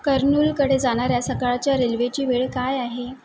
कर्नूलकडे जाणाऱ्या सकाळच्या रेल्वेची वेळ काय आहे